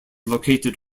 located